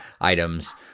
items